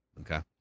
Okay